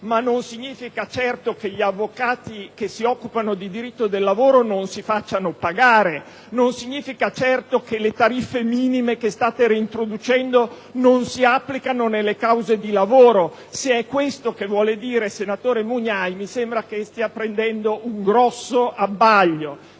ciò non significa certo che gli avvocati che si occupano di diritto del lavoro non si facciano pagare; non significa certo che le tariffe minime che state reintroducendo non si applichino nelle cause di lavoro. Se è questo ciò che vuol dire, senatore Mugnai, mi sembra che stia prendendo un grosso abbaglio,